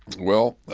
well,